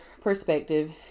perspective